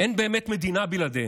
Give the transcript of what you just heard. אין באמת מדינה בלעדיהן.